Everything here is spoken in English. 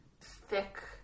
thick